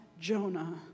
Jonah